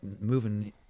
moving